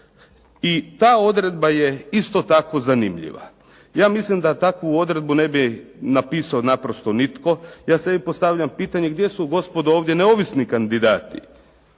I ta odredba je isto tako zanimljiva. Ja mislim da takvu odredbu ne bi napisao naprosto nitko. Ja sebi postavljam pitanje gdje su gospodo ovdje neovisni kandidati